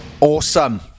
Awesome